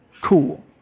Cool